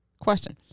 Question